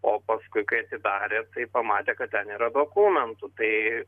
o paskui kai atidarė tai pamatė kad ten yra dokumentų tai